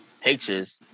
pictures